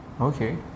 okay